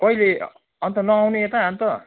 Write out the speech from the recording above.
कहिले अन्त न आउने यता अन्त